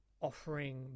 offering